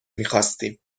میخواستیم